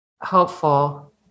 helpful